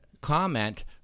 comment